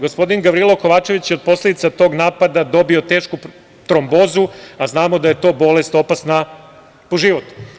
Gospodin Gavrilo Kovačević je od posledica tog napada dobio tešku trombozu, a znamo da je to opasna bolest po život.